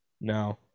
No